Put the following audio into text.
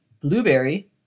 blueberry